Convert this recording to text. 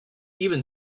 even